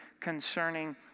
concerning